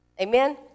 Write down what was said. amen